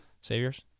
Saviors